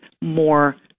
more